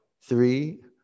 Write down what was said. three